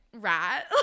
rat